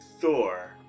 Thor